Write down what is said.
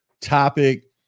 topic